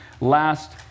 last